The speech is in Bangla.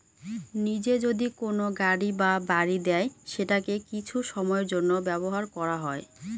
নিজে যদি কোনো গাড়ি বা বাড়ি দেয় সেটাকে কিছু সময়ের জন্য ব্যবহার করা হয়